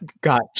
got